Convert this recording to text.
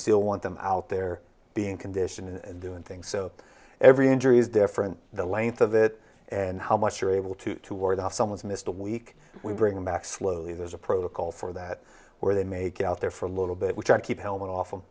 still want them out there being condition and doing things so every injury is different the length of it and how much you're able to ward off someone's missed a week we bring them back slowly there's a protocol for that where they make out there for a little bit which i keep helmet awful